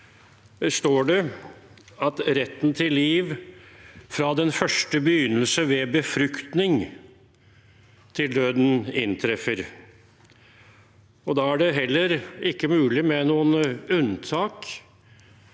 står det: «Retten til liv (…) fra den første begynnelse ved befruktning til døden inntreffer.» Da er det heller ikke mulig med noen unntak,